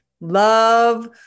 love